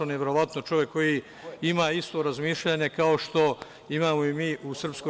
On je verovatno čovek koji ima isto razmišljanje kao što imamo i mi u SRS.